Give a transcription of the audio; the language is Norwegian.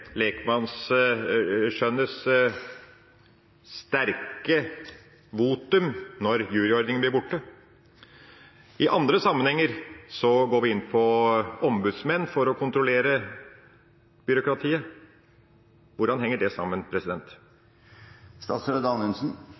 vekk lekmannsskjønnets sterke votum når juryordninga blir borte. I andre sammenhenger går vi inn på ombudsmenn for å kontrollere byråkratiet. Hvordan henger det sammen?